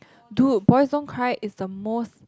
dude boys don't cry is the most